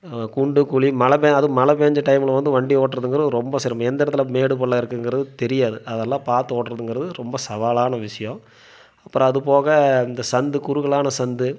குண்டு குழி மழை அதுவும் மழை பெய்ஞ்ச டைமில் வந்து வண்டி ஓட்றதுங்கிறது ரொம்ப சிரமம் எந்த இடத்துல மேடு பள்ளம் இருக்குங்கிறது தெரியாது அதெல்லாம் பார்த்து ஓட்றதுங்கிறது ரொம்ப சவாலான விஷயம் அப்றம் அது போக அந்த சந்து குறுகலான சந்து